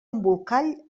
embolcall